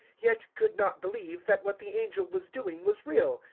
yet could not believe that what the angel was doing was real,